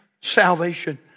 salvation